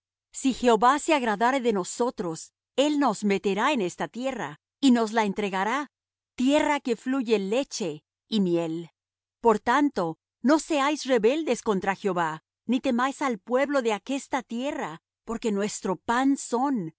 si jehová se agradare de nosotros él nos meterá en esta tierra y nos la entregará tierra que fluye leche y miel por tanto no seáis rebeldes contra jehová ni temáis al pueblo de aquesta tierra porque nuestro pan son